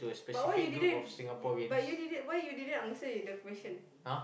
but why you didn't uh but you didn't why you didn't answer the question